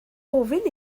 ofyn